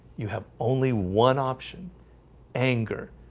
you have only one option anger